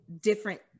different